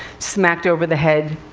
smacked over the head,